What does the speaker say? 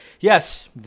Yes